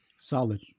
Solid